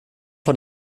von